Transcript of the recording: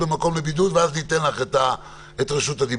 אדוני.